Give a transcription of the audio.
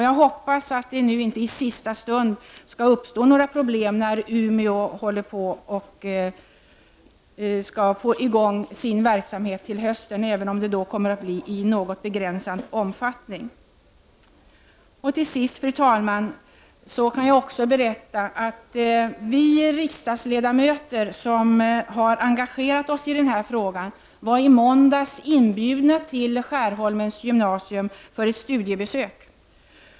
Jag hoppas att det nu inte i sista stund skall uppstå några problem när Umeå håller på att komma i gång med sin verksamhet till hösten, även om den kommer att bedrivas i något begränsad omfattning. Till sist, fru talman, kan jag också berätta att vi riksdagsledamöter som har engagerat oss i denna fråga i måndags var inbjudna till Skärholmens gymnasium på studiebesök.